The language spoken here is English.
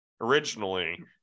originally